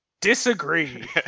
disagree